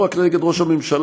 לא רק נגד ראש הממשלה,